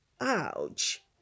Ouch